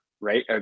right